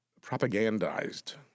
propagandized